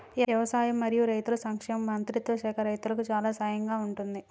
వ్యవసాయం మరియు రైతుల సంక్షేమ మంత్రిత్వ శాఖ రైతులకు చాలా సహాయం గా ఉంటుంది